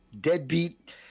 deadbeat